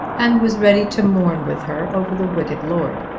and was ready to mourn with her over the wicked lord.